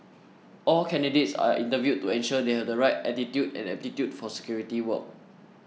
all candidates are interviewed to ensure they have the right attitude and aptitude for security work